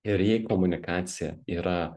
ir jei komunikacija yra